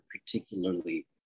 particularly